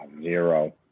Zero